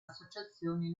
associazioni